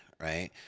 right